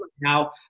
now